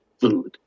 food